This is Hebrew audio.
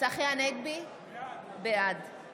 צחי הנגבי, בעד שרן מרים